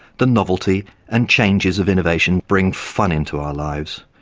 the novelty and changes of innovation bring fun into our lives.